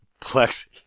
Plexi